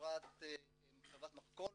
חברת --- מסוימת,